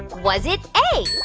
was it a.